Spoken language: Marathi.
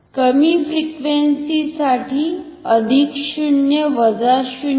कमी फ्रिक्वेन्सी साठी अधिक 0 वजा 0